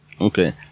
okay